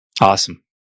Awesome